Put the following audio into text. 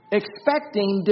expecting